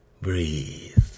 Breathe